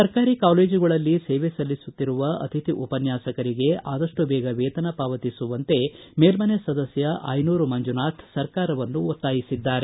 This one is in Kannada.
ಸರ್ಕಾರಿ ಕಾಲೇಜುಗಳಲ್ಲಿ ಸೇವೆ ಸಲ್ಲಿಸುತ್ತಿರುವ ಅತಿಥಿ ಉಪನ್ಯಾಸಕರಿಗೆ ಆದಷ್ಟು ಬೇಗ ವೇತನ ಪಾವತಿಸುವಂತೆ ಮೇಲ್ದನೆ ಸದಸ್ಯ ಆಯನೂರು ಮಂಜುನಾಥ್ ಸರ್ಕಾರವನ್ನು ಒತ್ತಾಯಿಸಿದ್ದಾರೆ